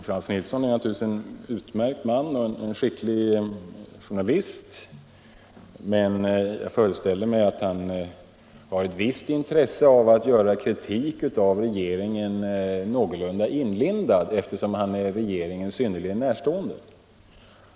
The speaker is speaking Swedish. Frans Nilsson är naturligtvis en utmärkt man och en skicklig journalist, men jag föreställer mig att han har ett visst intresse av att göra kritik av regeringen någorlunda inlindad eftersom han är regeringen synnerligen närstående.